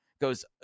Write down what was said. goes